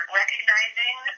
recognizing